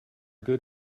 good